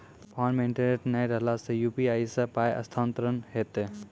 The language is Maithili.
फोन मे इंटरनेट नै रहला सॅ, यु.पी.आई सॅ पाय स्थानांतरण हेतै?